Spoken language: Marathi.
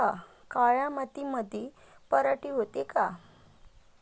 काळ्या मातीमंदी पराटी होते का?